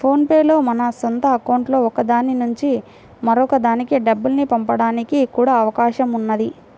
phone pay లో మన సొంత అకౌంట్లలో ఒక దాని నుంచి మరొక దానికి డబ్బుల్ని పంపడానికి కూడా అవకాశం ఉన్నది